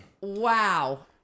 Wow